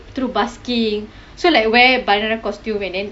through basking so like wear bharathanatyam costume and then